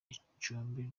icumbi